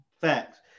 Facts